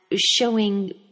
showing